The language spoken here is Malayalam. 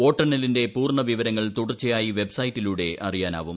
വോട്ടെണ്ണലിന്റെ പൂർണവിവരങ്ങൾ തുടർച്ചയായി വെബ്സൈറ്റിലൂടെ അറിയാനാവും